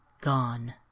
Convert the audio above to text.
Gone